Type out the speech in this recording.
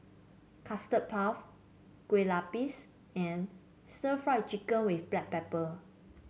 Custard Puff Kue Lupis and Stir Fried Chicken with Black Pepper